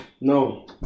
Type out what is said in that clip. No